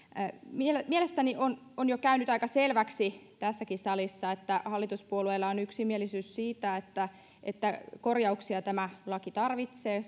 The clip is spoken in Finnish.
mielestäni mielestäni on on jo käynyt aika selväksi tässäkin salissa että hallituspuolueilla on yksimielisyys siitä että että korjauksia tämä laki tarvitsee